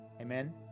Amen